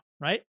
right